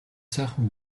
сайхан